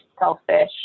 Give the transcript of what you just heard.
selfish